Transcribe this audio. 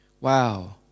Wow